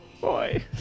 Boy